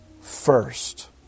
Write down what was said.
first